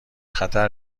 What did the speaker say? خطر